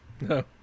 no